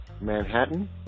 Manhattan